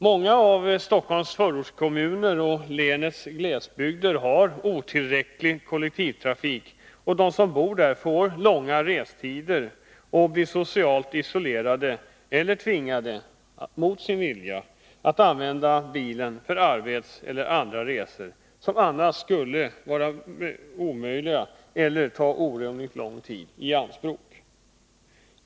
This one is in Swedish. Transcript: Många av Stockholms förortskommuner och länets glesbygder har otillräcklig kollektivtrafik, och de som bor där får långa restider och blir socialt isolerade eller tvingade att — mot sin vilja — använda bilen för arbetsresor eller andra resor, som skulle vara omöjliga eller ta orimligt lång tid i anspråk att genomföra på annat sätt.